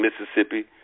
Mississippi